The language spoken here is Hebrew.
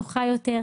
נוחה יותר.